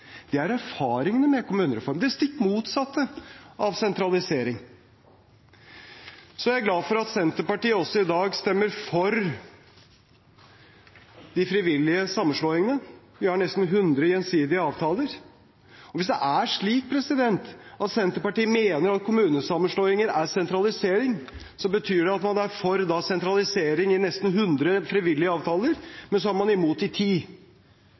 Det er erfaringene med kommunereformen – det stikk motsatte av sentralisering. Jeg er glad for at Senterpartiet også i dag stemmer for de frivillige sammenslåingene. Vi har nesten hundre gjensidige avtaler. Hvis det er slik at Senterpartiet mener at kommunesammenslåinger er sentralisering, betyr det at man da er for sentralisering i nesten hundre frivillige avtaler, men så er man imot i ti?